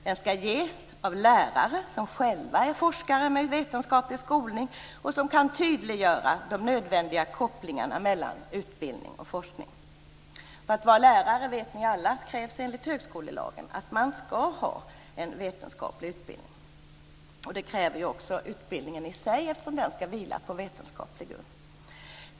Den skall ges av lärare som själva är forskare med vetenskaplig skolning och som kan tydliggöra de nödvändiga kopplingarna mellan utbildning och forskning. För att vara lärare vet ni alla att det enligt högskolelagen krävs att man har en vetenskaplig utbildning. Det kräver också utbildningen i sig, eftersom den skall vila på vetenskaplig grund.